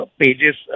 pages